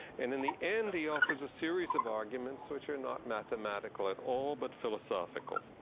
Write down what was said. and in the end, he offers a series of arguments, which are not mathematical at all but philosophical.